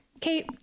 Kate